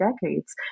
decades